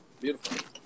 beautiful